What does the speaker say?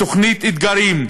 בתוכנית "אתגרים",